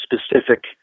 specific